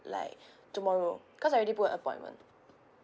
like tomorrow cause I already booked appointment